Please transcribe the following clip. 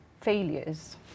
failures